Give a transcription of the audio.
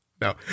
No